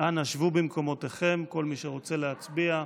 אנא שבו במקומותיכם, כל מי שרוצה להצביע.